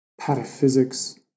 pataphysics